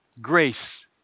Grace